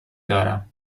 دارم